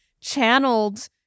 channeled